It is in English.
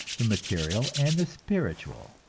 the material and the spiritual,